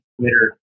Twitter